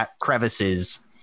crevices